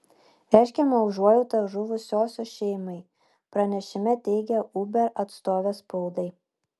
reiškiame užuojautą žuvusiosios šeimai pranešime teigė uber atstovė spaudai